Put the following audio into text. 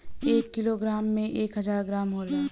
एक kilogram में एक हजार ग्राम होला